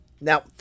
Now